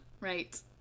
right